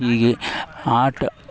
ಈಗೆ ಆಟ